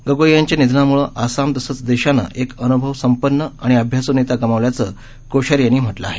गोगोई यांच्या निधनामुळे आसाम तसंच देशानं एक अनुभवसंपन्न आणि अभ्यासू नेता गमावल्याचं कोश्यारी यांनी म्हटलं आहे